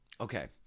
Okay